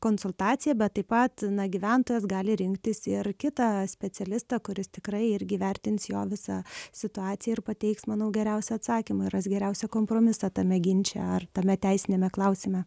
konsultaciją bet taip pat gyventojas gali rinktis ir kitą specialistą kuris tikrai įvertins jo visą situaciją ir pateiks manau geriausią atsakymą ras geriausią kompromisą tame ginče ar tame teisiniame klausime